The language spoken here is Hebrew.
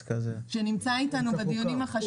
כביש 6 מגיע לשם ויש שם הייטק בעוצמה רבה.